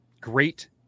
Great